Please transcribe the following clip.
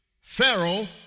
Pharaoh